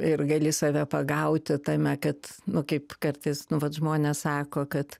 ir gali save pagaut tame kad nu kaip kartais nu vat žmonės sako kad